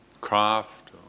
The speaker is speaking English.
craft